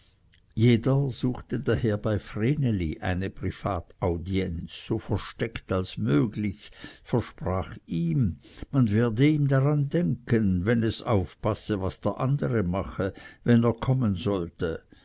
jeder suchte daher bei vreneli eine privataudienz so versteckt als möglich versprach ihm man werde ihm daran denken wenn es aufpasse was der andere mache wenn er kommen sollte